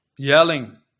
Yelling